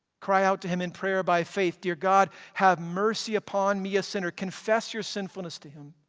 cry out to him in prayer by faith. dear god have mercy upon me a sinner. confess your sinfulness to him,